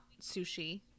sushi